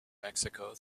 mexico